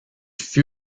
fut